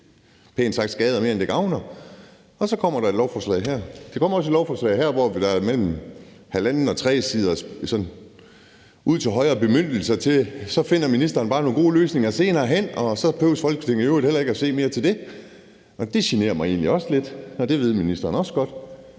tilsyn pænt sagt skader mere, end det gavner. Og så kommer der et lovforslag her, hvor der er mellem halvanden og tre siders bemyndigelser til højre og venstre, i forhold til at ministeren bare finder nogle gode løsninger senere hen, og så behøver Folketinget i øvrigt heller ikke at se mere til det. Det generer mig egentlig lidt, og det ved ministeren også godt.